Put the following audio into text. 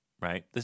right